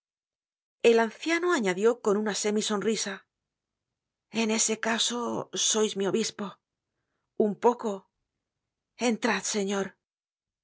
el anciano añadió con una semi sonrisa en ese caso sois mi obispo un poco entrad señor